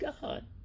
God